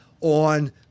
on